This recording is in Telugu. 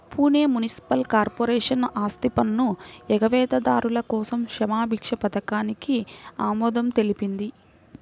పూణె మునిసిపల్ కార్పొరేషన్ ఆస్తిపన్ను ఎగవేతదారుల కోసం క్షమాభిక్ష పథకానికి ఆమోదం తెలిపింది